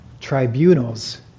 tribunals